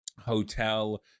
hotel